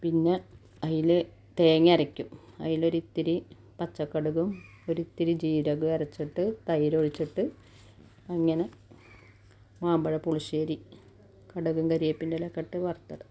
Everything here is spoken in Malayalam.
പിന്നെ അതിൽ തേങ്ങയരക്കും അതിലൊരിത്തിരി പച്ചക്കടുകും ഒരിത്തിരി ജീരകോം അരച്ചിട്ട് തൈരൊഴിച്ചിട്ട് അങ്ങനെ മാമ്പഴ പുളിശ്ശേരി കടുകും കരിയേപ്പിൻ്റലക്കിട്ട് വറത്തിടും